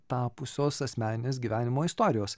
tapusios asmeninės gyvenimo istorijos